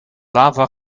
lava